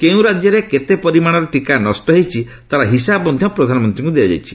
କେଉଁ ରାଜ୍ୟରେ କେତେ ପରିମାଣର ଟିକା ନଷ୍ଟ ହେଇଛି ତାର ହିସାବ ମଧ୍ୟ ପ୍ରଧାନମନ୍ତ୍ରୀଙ୍କୁ ଦିଆଯାଇଛି